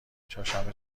چهارشنبه